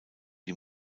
die